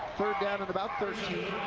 third down and about thirteen,